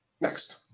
Next